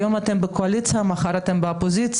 היום אתם בקואליציה, מחר אתם באופוזיציה.